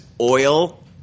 oil